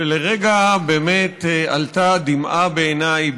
ולרגע באמת עלתה דמעה בעיניי.